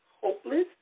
hopeless